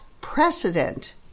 precedent